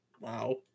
Wow